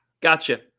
Gotcha